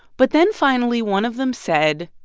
but then, finally, one of them said,